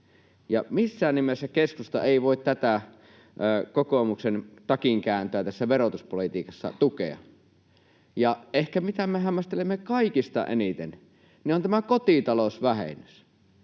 Missään nimessä keskusta ei voi tätä kokoomuksen takinkääntöä tässä verotuspolitiikassa tukea. Ja ehkä se, mitä me hämmästelemme kaikista eniten, on tämä kotitalousvähennys.